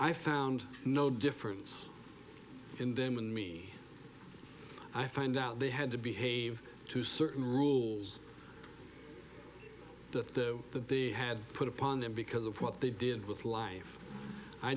i found no difference in them and me i find out they had to behave to certain rules that they had put upon them because of what they did with life i